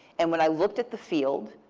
and when i looked at the field,